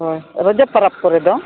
ᱦᱳᱭ ᱨᱚᱡᱚ ᱯᱟᱨᱟᱵᱽ ᱠᱚᱨᱮ ᱫᱚ